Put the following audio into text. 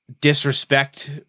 disrespect